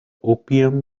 opium